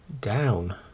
down